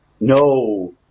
No